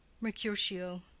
MERCUTIO